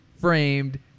framed